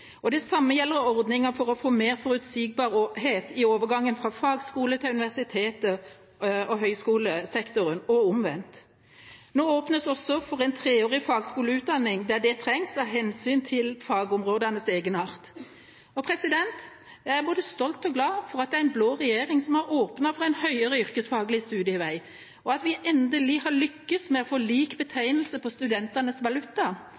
Det samme gjelder ordninger for å få mer forutsigbarhet i overgangen fra fagskole til universitets- og høyskolesektoren, og omvendt. Nå åpnes det også for en treårig fagskoleutdanning der det trengs av hensyn til fagområdets egenart. Jeg er både stolt over og glad for at det er en blå regjering som har åpnet for en høyere yrkesfaglig studievei, og at vi endelig har lykkes med å få lik betegnelse på studentenes valuta